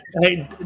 hey